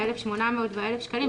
ה-1,800 וה-1,000 שקלים,